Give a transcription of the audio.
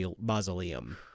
mausoleum